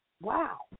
Wow